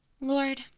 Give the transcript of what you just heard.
Lord